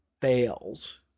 fails